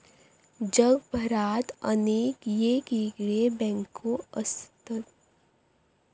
जगभरात अनेक येगयेगळे बँको असत